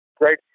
great